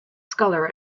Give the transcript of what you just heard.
scholar